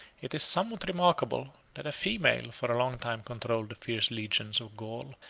it is somewhat remarkable, that a female for a long time controlled the fierce legions of gaul,